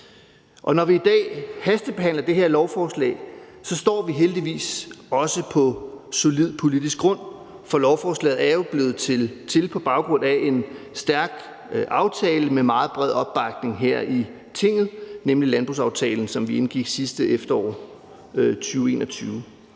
når vi i dag hastebehandler det her lovforslag, står vi heldigvis også på solid politisk grund, for lovforslaget er jo blevet til på baggrund af en stærk aftale med meget bred opbakning her i Tinget, nemlig landbrugsaftalen, som vi indgik i efteråret 2021.